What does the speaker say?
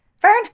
Fern